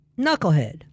knucklehead